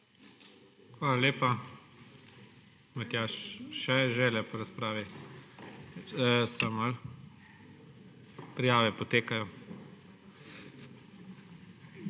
Hvala lepa. Matjaž, še je želja po razpravi. Prijave potekajo.